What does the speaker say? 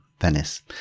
Venice